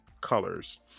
colors